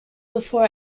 before